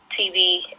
TV